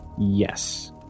Yes